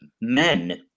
men